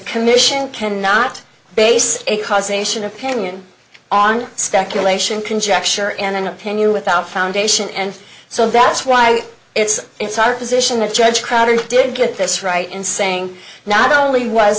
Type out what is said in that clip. commission can not base a causation opinion on speculation conjecture and an opinion without foundation and so that's why it's it's our position to judge crowder did get this right in saying not only was